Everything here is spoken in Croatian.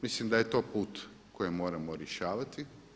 Mislim da je to put kojim moramo rješavati.